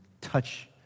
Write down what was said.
touch